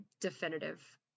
definitive